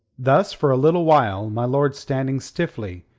thus for a little while, my lord standing stiffly,